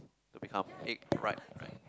become egg right right